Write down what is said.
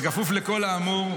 וכפוף לכל האמור,